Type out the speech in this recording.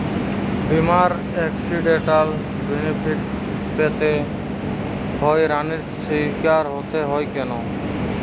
বিমার accidental benefit পেতে হয়রানির স্বীকার হতে হয় কেন?